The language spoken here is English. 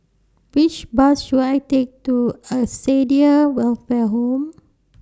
Which Bus should I Take to Acacia Welfare Home